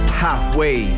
halfway